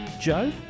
Joe